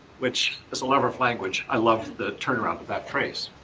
which as a lover of language. i love the turnaround of that phrase,